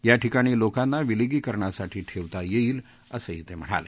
या ठिकाणी लोकांना विलगीकरणासाठी ठेवता येईल असंही ते म्हणाले